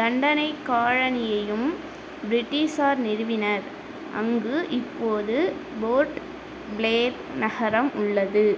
தண்டனைக் காலனியையும் பிரிட்டிஷார் நிறுவினர் அங்கு இப்போது போர்ட் பிளேப் நகரம் உள்ளது